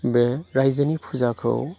बे रायजोनि फुजाखौ